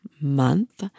month